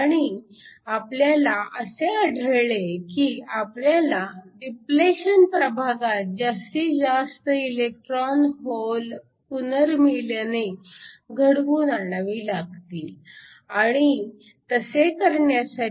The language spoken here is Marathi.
आणि आपल्याला असे आढळले की आपल्याला डिप्लेशन प्रभागात जास्तीत जास्त इलेक्ट्रॉन होल पुनर्मिलने घडवून आणावी लागतील आणि तसे करण्यासाठी